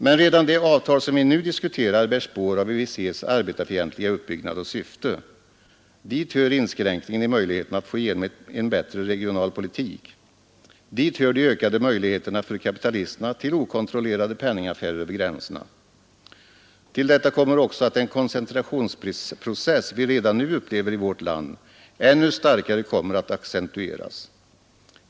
Men redan det avtal som vi nu diskuterar bär spår av EEC:s arbetarfientliga uppbyggnad och syfte. Dit hör inskränkningen i möjligheterna att få igenom en bättre regional politik. Dit hör de ökade möjligheterna för kapitalisterna till okontrollerade penningaffärer över gränserna. Till detta kommer också att den koncentrationsprocess vi redan nu upplever i vårt land ännu starkare kommer att accentueras.